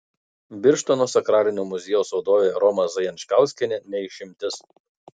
birštono sakralinio muziejaus vadovė roma zajančkauskienė ne išimtis